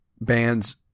bands